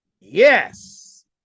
yes